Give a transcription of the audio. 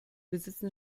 besitzen